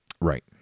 Right